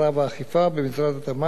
לבחינה וטיפול במסגרת סמכותה.